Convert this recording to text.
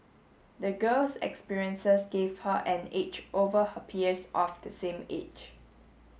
the girl's experiences gave her an edge over her peers of the same age